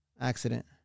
Accident